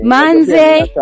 Manze